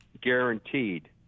guaranteed